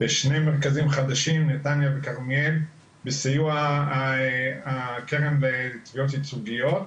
ושני מרכזים חדשים בנתניה וכרמיאל בסיוע הקרן לתביעות ייצוגיות.